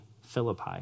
Philippi